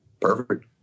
perfect